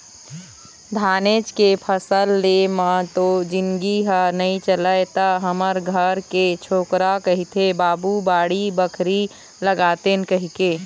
धानेच के फसल ले म तो जिनगी ह नइ चलय त हमर घर के छोकरा कहिथे बाबू बाड़ी बखरी लगातेन कहिके